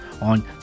on